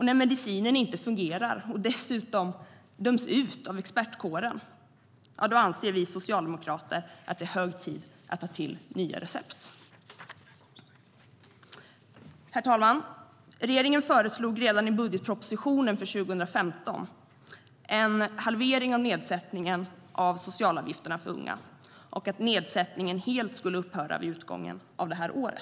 När medicinen inte fungerar, och den dessutom döms ut av expertkåren, ja då anser vi socialdemokrater att det är hög tid att ta till nya recept. Herr talman! Regeringen föreslog i budgetpropositionen för 2015 en halvering av nedsättningen av socialavgifterna för unga och att nedsättningen helt skulle upphöra vid utgången av det här året.